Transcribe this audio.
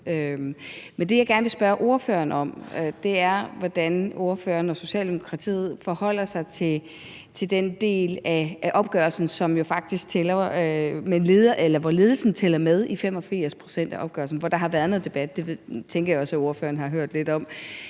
Men det, jeg gerne vil spørge ordføreren om, er, hvordan ordføreren og Socialdemokratiet forholder sig til den del af opgørelsen, hvor ledelsen jo faktisk tæller med i 85 pct. af opgørelsen. Der har været noget debat, og det tænker jeg også ordføreren har hørt lidt om,